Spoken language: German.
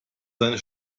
seine